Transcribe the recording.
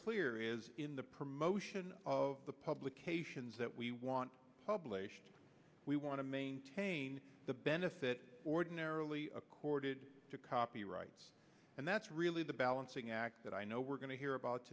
we're is in the promotion of the publications that we want published we want to maintain the benefit ordinarily accorded to copyrights and that's really the balancing act that i know we're going to hear about